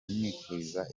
amwifuriza